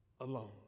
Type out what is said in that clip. alone